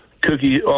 cookie